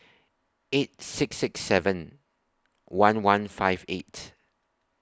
eight six six seven one one five eight